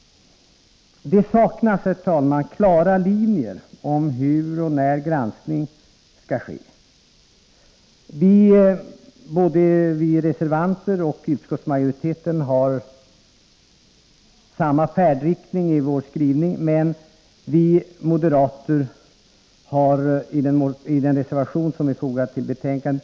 Herr talman! Det saknas klara linjer i fråga om hur och när granskning skall ske. Både vi reservanter och utskottsmajoriteten har i stort samma färdriktning. Vi moderater har dock en reservation fogad till betänkandet.